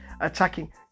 attacking